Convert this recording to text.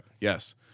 yes